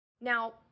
Now